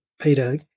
Peter